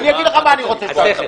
אני אומר לך מה אני רוצה שנעשה.